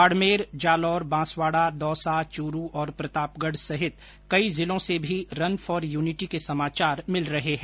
बाडमेर जालोर बांसवाडा दौसा चूरू और प्रतापगढ़ सहित कई जिलों से भी रन फोर यूनिटी के समाचार मिल रहे है